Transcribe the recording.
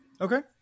Okay